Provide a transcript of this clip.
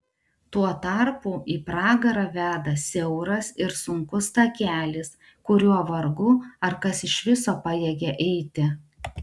tuo tarpu į pragarą veda siauras ir sunkus takelis kuriuo vargu ar kas iš viso pajėgia eiti